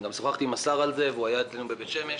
גם שוחחתי עם השר על זה והוא היה אצלנו בבית שמש.